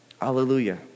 Hallelujah